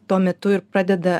tuo metu ir pradeda